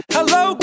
Hello